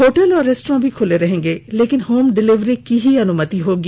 hotel और restaurant भी खुले रहेंगे लेकिन होम डिलीवरी की ही अनुमति होगी